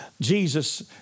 Jesus